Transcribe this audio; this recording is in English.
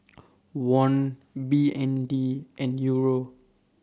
Won B N D and Euro